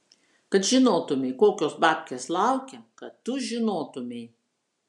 kad žinotumei kokios babkės laukia kad tu žinotumei